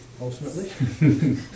Ultimately